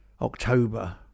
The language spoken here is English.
October